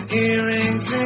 earrings